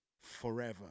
forever